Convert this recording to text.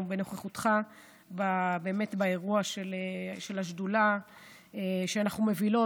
בנוכחותך באירוע של השדולה שאנחנו מובילות,